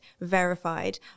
verified